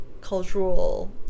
cultural